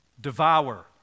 devour